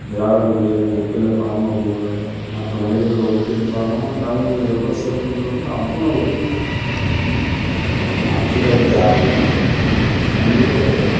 திராவிட மொழிகளில் ஒப்பிலக்கணோன்னு ஒரு நூலு மற்ற மொழிகளில் ஒப்பிட்டு பார்க்கவும் தமிழ்மொழி எவ்வளோ சிறப்புன்றத்துக்கு அவ்வளோ இருக்குங்க அதில் மாற்றுக்கருத்தே யாருக்குமே கிடையாது கண்டிப்பாக கிடையாது